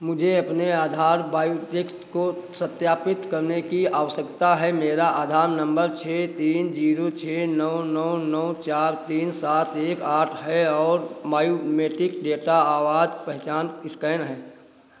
मुझे अपने आधार को सत्यापित करने की आवश्यकता है मेरा आधार नम्बर छह तीन ज़ीरो छह नौ नौ नौ चार तीन सात एक आठ है और बायोमीट्रिक डेटा आवाज़ पहचान स्कैन है